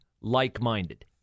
like-minded